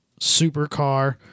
supercar